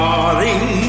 Darling